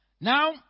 Now